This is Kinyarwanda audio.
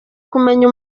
kumenya